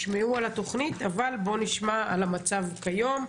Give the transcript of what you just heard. ישמעו על התוכנית, אבל, בוא נשמע על המצב כיום.